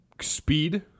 speed